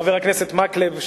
חבר הכנסת מקלב,